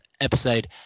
episode